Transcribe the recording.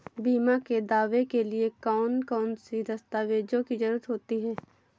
बीमा के दावे के लिए कौन कौन सी दस्तावेजों की जरूरत होती है?